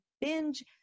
binge